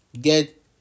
get